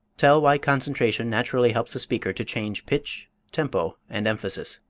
tell why concentration naturally helps a speaker to change pitch, tempo, and emphasis.